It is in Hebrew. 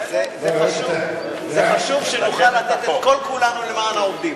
זה חשוב שנוכל לתת את כל-כולנו למען העובדים.